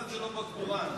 20 שנה?